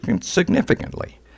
significantly